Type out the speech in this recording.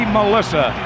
Melissa